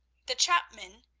the chapman,